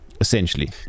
essentially